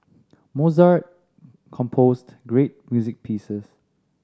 Mozart composed great music pieces